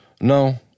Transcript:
No